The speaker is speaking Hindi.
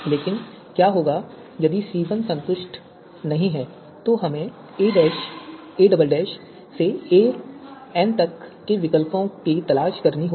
लेकिन क्या होगा यदि C1 संतुष्ट नहीं है तो हमें a a से a तक के विकल्पों की तलाश करनी होगी